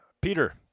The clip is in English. Peter